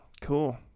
Cool